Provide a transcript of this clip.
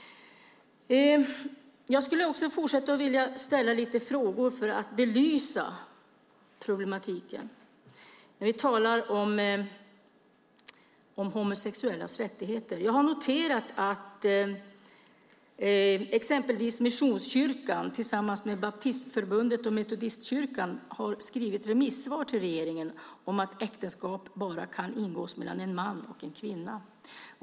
Jag skulle vilja fortsätta att ställa lite frågor för att belysa problematiken när vi talar om homosexuellas rättigheter. Jag har noterat att exempelvis Missionskyrkan tillsammans med Baptistförbundet och Metodistkyrkan har skrivit remissvar till regeringen om att äktenskap bara kan ingås mellan en man och en kvinna.